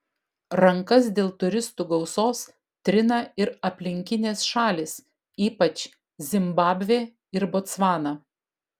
rankas dėl turistų gausos trina ir aplinkinės šalys ypač zimbabvė ir botsvana